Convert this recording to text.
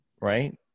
right